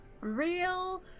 real